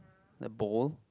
the bowl